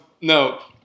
No